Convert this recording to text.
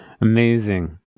Amazing